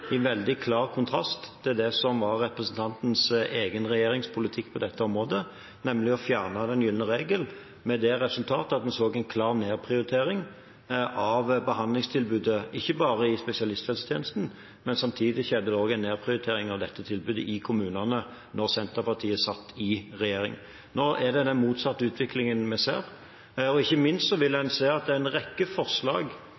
området, nemlig å fjerne den gylne regel, med det resultat at vi så en klar nedprioritering av behandlingstilbudet, ikke bare i spesialisthelsetjenesten. Samtidig skjedde det en nedprioritering av dette tilbudet i kommunene da Senterpartiet satt i regjering. Nå er det den motsatte utviklingen vi ser. Ikke minst vil en se at en rekke forslag